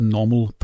Normal